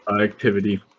activity